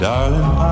Darling